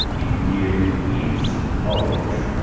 it really is knowledge.